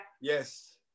Yes